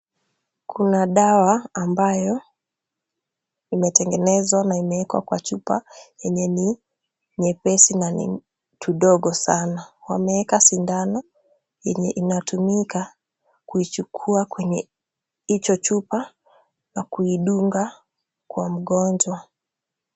Kuna dawa ambayo imetengenezwa na imewekwa kwa chupa yenye ni nyepesi na ni tudogo sana. Wameeka sindano yenye inatumika kuichukua kwenye hicho chupa na kuidunga kwa mgonjwa.